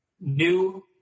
new